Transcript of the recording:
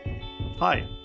Hi